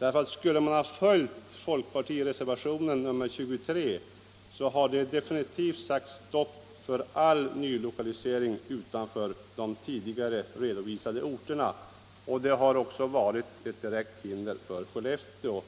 Om riksdagen följer folkpartireservationen 23 sätter det definitivt stopp för all lokalisering utanför de tidigare redovisade orterna, och det blir till direkt hinder för Skellefteå.